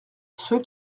ceux